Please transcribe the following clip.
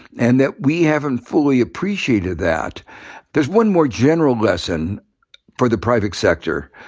and that we haven't fully appreciated that there's one more general lesson for the private sector.